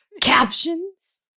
Captions